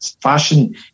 fashion